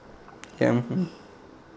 yeah mm